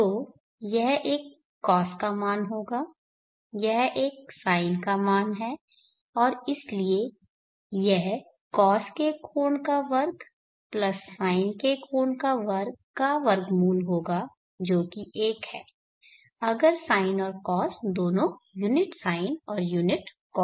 तो यह एक कॉस का मान होगा यह एक साइन का मान है और इसलिए यह कॉस के कोण का वर्ग प्लस साइन के कोण का वर्ग का वर्गमूल होगा जो कि 1 है अगर साइन और कॉस दोनों यूनिट साइन और यूनिट कॉस हैं